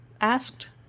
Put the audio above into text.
asked